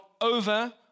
over